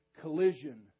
collision